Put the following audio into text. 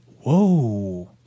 Whoa